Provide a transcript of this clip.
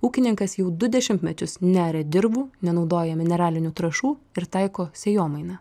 ūkininkas jau du dešimtmečius nearia dirvų nenaudoja mineralinių trąšų ir taiko sėjomainą